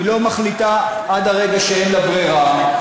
היא לא מחליטה עד הרגע שאין לה ברירה.